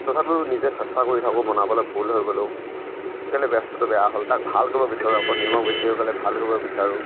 তথাপিও নিজে চেষ্টা কৰি থাকোঁ বনাবলৈ ভুল হৈ গ'লেও কেলৈ বেয়া বস্তুটো বেয়া হ'ল তাক ভাল কৰিব বিচাৰোঁ আকৌ নিমখ বেছি হৈ গ'লে ভাল কৰিব বিচাৰোঁ